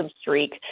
streak